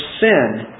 sin